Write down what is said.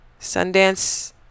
Sundance